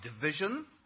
division